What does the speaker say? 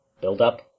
build-up